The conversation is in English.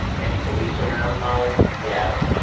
any police around, molly? he asked.